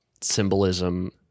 symbolism